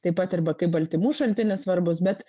taip pat arba kaip baltymų šaltinis svarbus bet